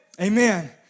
Amen